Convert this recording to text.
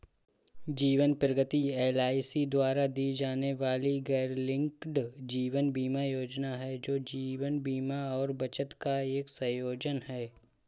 जीवन प्रगति एल.आई.सी द्वारा दी जाने वाली गैरलिंक्ड जीवन बीमा योजना है, जो जीवन बीमा और बचत का एक संयोजन है